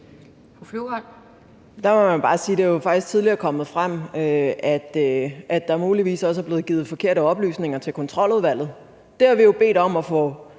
faktisk tidligere er kommet frem, at der muligvis også er blevet givet forkerte oplysninger til Kontroludvalget. Der har vi jo sagt: